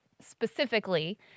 specifically—